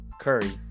curry